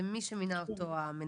זה מי שמינה אותו המנהל.